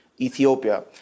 Ethiopia